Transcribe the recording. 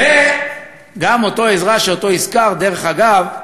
גם אותו עזרא שהזכרת, דרך אגב,